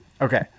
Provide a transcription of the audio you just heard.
Okay